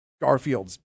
Garfield's